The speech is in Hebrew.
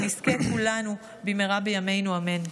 שנזכה כולנו במהרה בימינו, אמן.